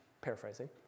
paraphrasing